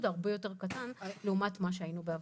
הרבה יותר קטן לעומת מה שהיינו בעבר.